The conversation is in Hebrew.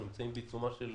אנחנו נמצאים בעיצומה של